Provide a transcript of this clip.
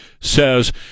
says